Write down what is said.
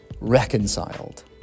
reconciled